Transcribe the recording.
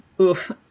oof